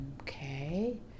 Okay